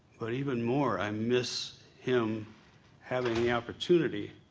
but even more, i miss him having the opportunity